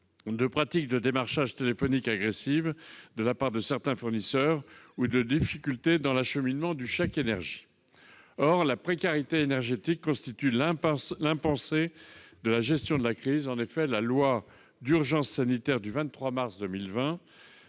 de pratiques de démarchage téléphonique agressives de la part de certains fournisseurs, ou de difficultés dans l'acheminement du chèque énergie. Or la précarité énergétique constitue l'impensé de la gestion de la crise : en effet, la loi d'urgence sanitaire du 23 mars 2020